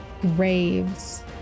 Graves